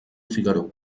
figaró